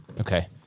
Okay